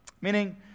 Meaning